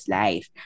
life